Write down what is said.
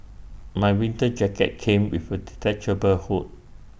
my winter jacket came with A detachable hood